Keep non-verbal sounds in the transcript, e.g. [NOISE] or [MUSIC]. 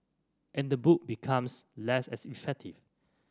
and the book becomes less [UNINTELLIGIBLE] effective